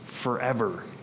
forever